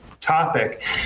topic